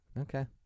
Okay